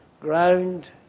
ground